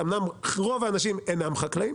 אמנם רוב האנשים אינם חקלאים,